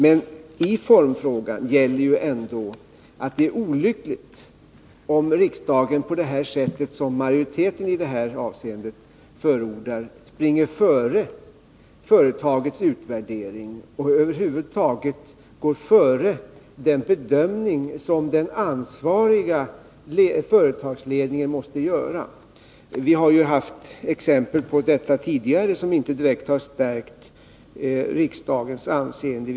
Men i formfrågan gäller ändå att det är olyckligt om riksdagen på det sätt som den aktuella majoriteten förordar springer före företagets utvärdering och över huvud taget går före den bedömning som den ansvariga företagsledningen måste göra. Vi har haft exempel på detta tidigare som inte direkt stärkt riksdagens anseende.